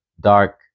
dark